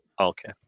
Okay